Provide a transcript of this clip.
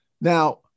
Now